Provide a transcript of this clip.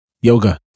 Yoga